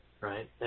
Right